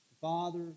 father